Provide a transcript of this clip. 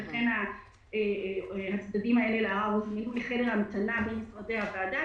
ולכן הצדדים האלה לערר הוזמנו לחדר המתנה מול משרדי הוועדה,